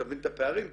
אתה מבין את הפערים פה.